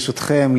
ברשותכם,